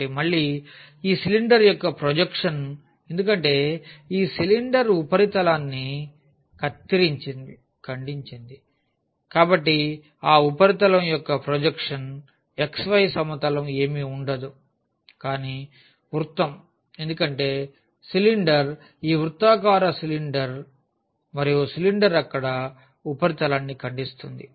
కాబట్టి మళ్ళీ ఈ సిలిండర్ యొక్క ప్రొజెక్షన్ ఎందుకంటే సిలిండర్ ఆ ఉపరితలాన్ని ఖండిస్తుంది కాబట్టి ఆ ఉపరితలం యొక్క ప్రొజెక్షన్ xy సమతలం ఏమీ ఉండదు కానీ వృత్తం ఎందుకంటే సిలిండర్ ఈ వృత్తాకార సిలిండర్ మరియు సిలిండర్ అక్కడ ఉపరితలాన్ని ఖండిస్తుంది